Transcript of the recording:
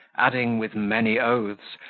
adding, with many oaths,